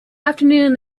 afternoon